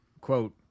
Quote